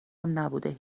نبوده